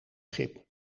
schip